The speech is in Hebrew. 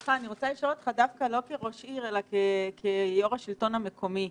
אני רוצה לשאול אתך דווקא לא כראש עיר אלא כיושב ראש השלטון המקומי.